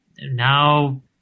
now